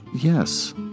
Yes